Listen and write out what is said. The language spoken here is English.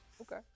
Okay